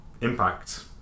impact